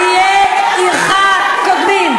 עניי עירך קודמים.